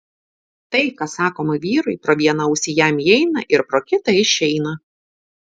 tai kas sakoma vyrui pro vieną ausį jam įeina ir pro kitą išeina